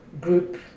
group